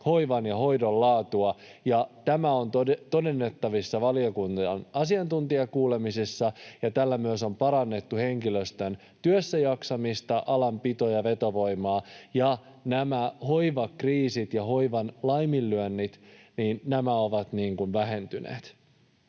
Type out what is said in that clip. hoivan ja hoidon laatua. Tämä on todennettavissa valiokunnan asiantuntijakuulemisessa, ja tällä myös on parannettu henkilöstön työssäjaksamista, alan pito- ja vetovoimaa, ja nämä hoivakriisit ja hoivan laiminlyönnit ovat vähentyneet.